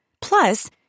Plus